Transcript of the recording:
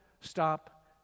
stop